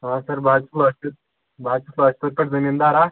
آ سَر بہٕ حظ چھُس بہٕ حظ چھُس پٮ۪ٹھ زٔمیٖندار اَکھ